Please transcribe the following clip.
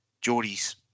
Geordie's